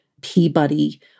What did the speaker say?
Peabody